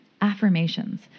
affirmations